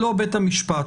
לא בית המשפט.